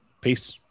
Peace